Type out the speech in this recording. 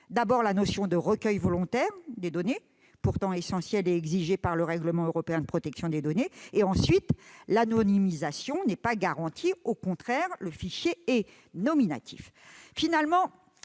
d'abord, la notion de recueil volontaire des données, pourtant essentielle et exigée par le règlement européen de protection des données ; ensuite, l'anonymisation qui n'est pas garantie- au contraire, le fichier est nominatif. Finalement,